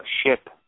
ship